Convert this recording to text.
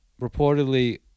Reportedly